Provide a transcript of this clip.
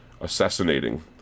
assassinating